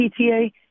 PTA